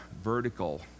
vertical